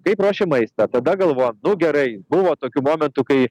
kaip ruošim maistą tada galvojam nu gerai buvo tokių momentų kai